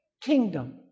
kingdom